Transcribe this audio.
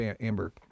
Amber